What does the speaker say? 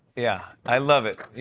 yeah. i love it,